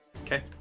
Okay